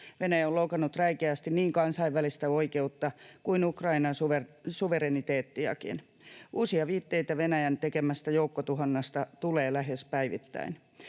Venäjä on loukannut räikeästi niin kansainvälistä oikeutta kuin Ukrainan suvereniteettiakin. Uusia viitteitä Venäjän tekemästä joukkotuhosta tulee lähes päivittäin.